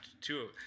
two